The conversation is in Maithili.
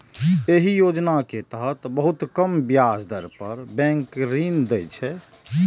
एहि योजना के तहत बहुत कम ब्याज दर पर बैंक ऋण दै छै